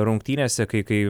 rungtynėse kai kai